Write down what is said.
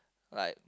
like